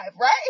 right